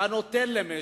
והנותן למשק.